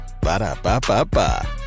Ba-da-ba-ba-ba